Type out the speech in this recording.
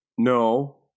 No